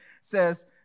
says